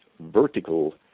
vertical